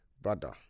Brother